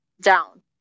down